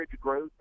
growth